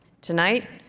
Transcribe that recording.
Tonight